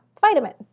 vitamin